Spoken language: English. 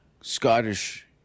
Scottish